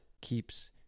keeps